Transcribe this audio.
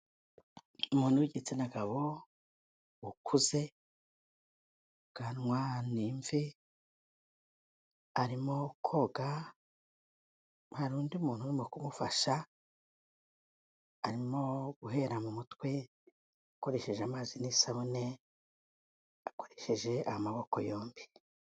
Umuntu w'igitsina gabo ukuze, ubwanwa ni imvi, arimo koga, hari undi muntu urimo kumufasha, arimo guhera mu mutwe akoresheje amazi n'isabune, akoresheje amaboko yombi.